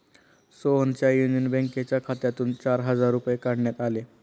सोहनच्या युनियन बँकेच्या खात्यातून चार हजार रुपये काढण्यात आले